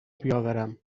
بیاورم